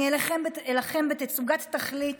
אני אלחם בתצוגת התכלית